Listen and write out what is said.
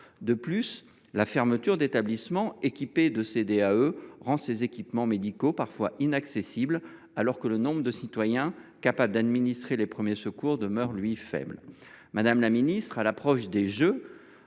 De plus, la fermeture d’établissements équipés de DAE rend ces équipements médicaux parfois inaccessibles, alors que le nombre de citoyens capables d’administrer les premiers secours demeure faible. Madame la ministre, à l’approche des Jeux,